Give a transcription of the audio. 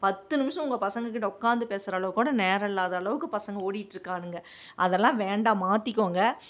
பத்து நிமிடம் உங்கள் பசங்கக்கிட்ட உட்காந்து பேசற அளவுக்கு கூட நேரம் இல்லாத அளவுக்கு பசங்க ஓடிட்டிருக்கானுங்க அதெல்லாம் வேண்டாம் மாற்றிக்கோங்க